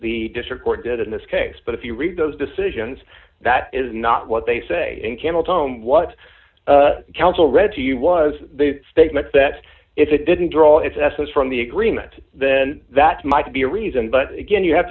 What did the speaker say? the district court did in this case but if you read those decisions that is not what they say in caml tome what the council read to you was the statement that if it didn't draw its essence from the agreement then that might be a reason but again you have